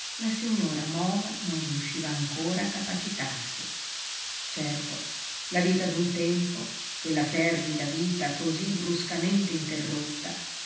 la signora moma non riusciva ancora a capacitarsi certo la vita d'un tempo quella fervida vita cosí bruscamente interrotta